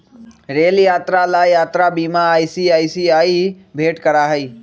rail यात्रा ला यात्रा बीमा आई.सी.आई.सी.आई भेंट करा हई